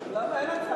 אחד, אין נמנעים.